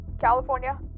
California